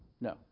No